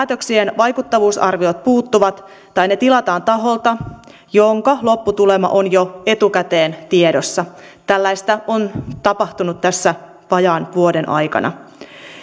päätöksien vaikuttavuusarviot puuttuvat tai ne tilataan taholta jonka lopputulema on jo etukäteen tiedossa tällaista on tapahtunut tässä vajaan vuoden aikana